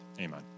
Amen